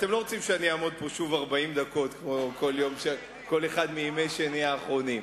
אתם לא רוצים שאני אעמוד פה שוב 40 דקות כמו בכל אחד מימי שני האחרונים.